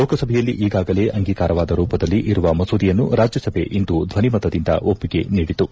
ಲೋಕಸಭೆಯಲ್ಲಿ ಈಗಾಗಲೇ ಅಂಗೀಕಾರವಾದ ರೂಪದಲ್ಲಿ ಇರುವ ಮಸೂದೆಯನ್ನು ರಾಜ್ಯಸಭೆ ಇಂದು ಧ್ವನಿಮತದಿಂದ ಒಪ್ಪಿಗೆ ನೀಡಿತು